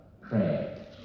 pray